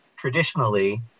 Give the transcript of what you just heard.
traditionally